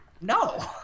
no